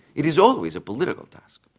it is always a political task.